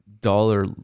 dollar